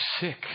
sick